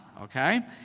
okay